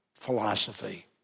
Philosophy